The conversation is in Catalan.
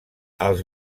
als